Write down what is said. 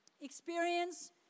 Experience